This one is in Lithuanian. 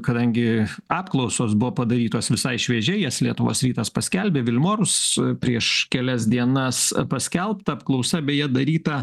kadangi apklausos buvo padarytos visai šviežiai jas lietuvos rytas paskelbė vilmorus prieš kelias dienas paskelbta apklausa beje daryta